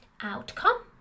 outcome